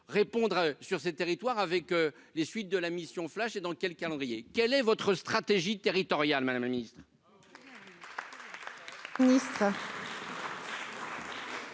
répondre sur ces territoires avec les suites de la mission flash et dans quel calendrier, quel est votre stratégie territoriale Madame la Ministre.